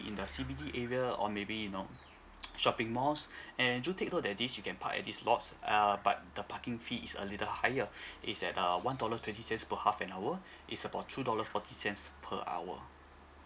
in the C_B_D area or maybe you know shopping malls and do take note that this you can park at this lots err but the parking fee is a little higher it's at uh one dollar twenty cents per half an hour is about two dollars forty cents per hour